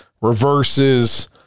reverses